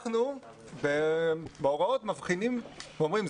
אנחנו בהוראות מבחינים ואומרים,